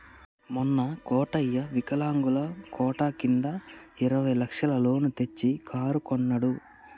మొన్న కోటయ్య వికలాంగుల కోట కింద ఇరవై లక్షల లోన్ తెచ్చి కారు కొన్నడు